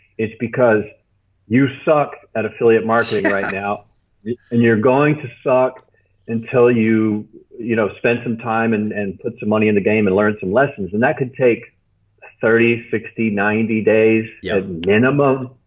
it's because you suck at affiliate marketing right now and you're going to suck until you've you know spent some time and and put some money in the game and learn some lessons and that can take thirty, sixty, ninety days yeah at minimum.